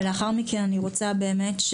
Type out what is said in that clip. ולאחר מכן אני רוצה באמת,